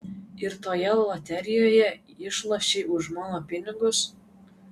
ir toje loterijoje išlošei už mano pinigus